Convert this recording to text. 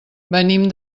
venim